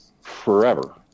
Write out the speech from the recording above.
forever